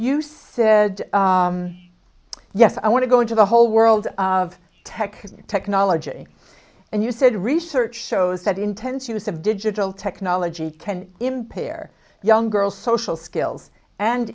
you said yes i want to go into the whole world of tech technology and you said research shows that intense use of digital technology can impair young girl social skills and